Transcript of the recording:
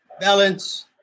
balance